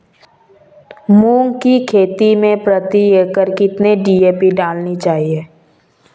मूंग की खेती में प्रति एकड़ कितनी डी.ए.पी डालनी चाहिए?